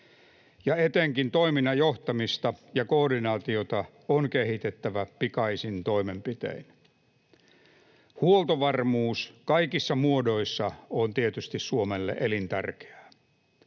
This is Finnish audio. ja etenkin toiminnan johtamista ja koordinaatiota on kehitettävä pikaisin toimenpitein. Huoltovarmuus kaikissa muodoissa on tietysti Suomelle elintärkeää.